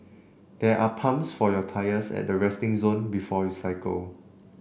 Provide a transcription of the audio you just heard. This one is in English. there are pumps for your tyres at the resting zone before you cycle